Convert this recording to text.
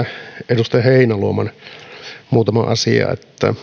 edustaja heinäluoman muutamaa asiaa